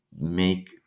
make